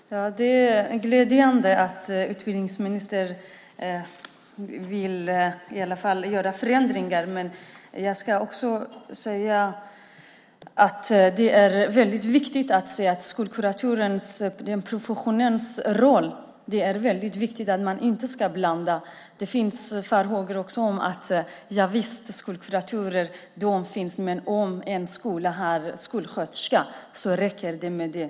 Fru talman! Det är glädjande att utbildningsministern i alla fall vill göra förändringar. Men jag ska också säga att det är väldigt viktigt att man inte blandar ihop professionernas roller. Det finns farhågor om att om en skola har en skolsköterska så räcker det med det.